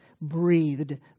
breathed